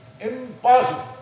impossible